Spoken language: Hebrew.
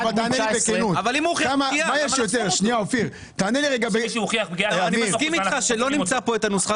אני מסכים איתך שלא נמצא כאן את הנוסחה